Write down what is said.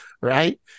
right